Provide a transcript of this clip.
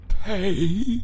pay